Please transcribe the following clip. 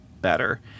better